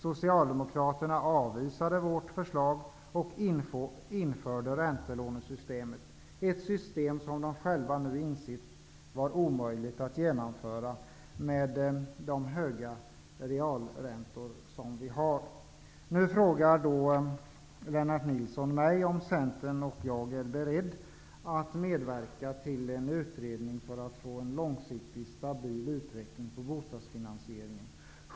Socialdemokraterna avvisade våra förslag och införde räntelånesystemet, ett system som de själva nu har insett vara omöjligt att genomföra med de höga realräntor som vi har. Lennart Nilsson frågade mig om Centern och jag är beredd att medverka till en utredning för att få en långsiktig och stabil utveckling när det gäller bostadsfinansieringen.